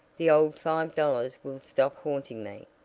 the old five dollars will stop haunting me.